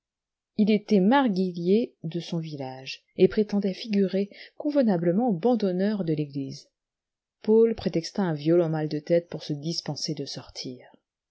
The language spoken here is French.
il était raarguillierde son village et prétendait figurer convenablement au banc d'honneur de l'église paul prétexta un violent mal de tête pour se dispenser de sortir